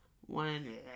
one